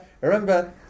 remember